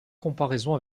comparaison